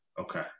Okay